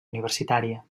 universitària